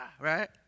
right